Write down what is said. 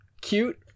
cute